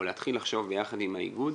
או להתחיל לחשוב יחד עם האיגוד,